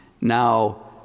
now